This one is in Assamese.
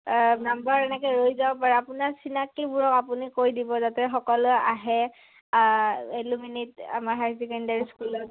নাম্বাৰ এনেকৈ ৰৈ যাব পাৰে আপোনাৰ চিনাকিবোৰক আপুনি কৈ দিব যাতে সকলোৱে আহে এলুমিনিত আমাৰ হায়াৰ ছেকেণ্ডাৰী স্কুলত